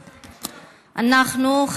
אנחנו,